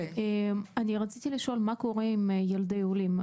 אני רציתי לשאול מה קורה עם ילדי עולים.